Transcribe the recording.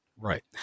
Right